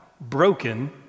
broken